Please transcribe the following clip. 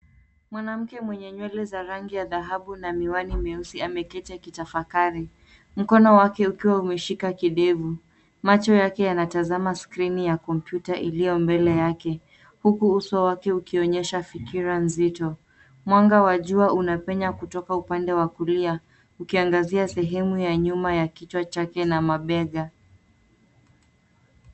Mwanamke mwenye nywele za rangi ya dhahabu na miwani meusi ameketi akitafakari mkono wake ukiwa umeshika kidevu. Macho yake yanatazama skrini ya kompyuta iliyo mbele yake huku uso wake ukionyesha fikira nzito. Mwanga wa jua unapenya kutoka upande wa kulia ukiangazia sehemu ya nyuma ya kichwa chake na mabega.